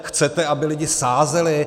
Chcete, aby lidi sázeli?